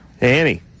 Annie